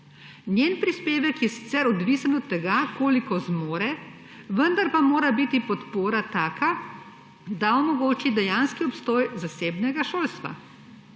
Njen prispevek je sicer odvisen od tega, koliko zmore, vendar pa mora biti podpora taka, da omogoči dejanski obstoj zasebnega šolstva.